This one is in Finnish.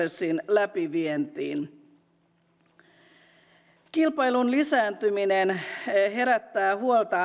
sitouttamaan muutosprosessin läpivientiin kilpailun lisääntyminen herättää huolta